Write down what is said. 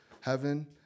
heaven